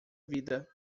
vida